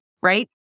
right